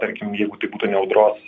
tarkim jeigu tai būtų ne audros